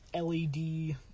led